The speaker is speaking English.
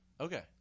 Okay